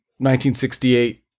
1968